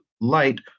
light